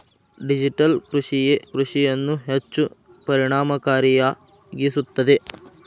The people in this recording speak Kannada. ಡಿಜಿಟಲ್ ಕೃಷಿಯೇ ಕೃಷಿಯನ್ನು ಹೆಚ್ಚು ಪರಿಣಾಮಕಾರಿಯಾಗಿಸುತ್ತದೆ